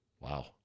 Wow